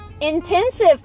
intensive